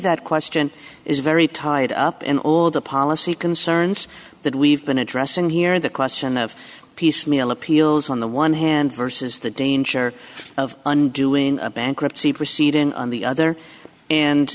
that question is very tied up in all the policy concerns that we've been addressing here the question of piecemeal appeals on the one hand versus the danger of undoing a bankruptcy proceeding on the other and